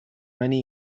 many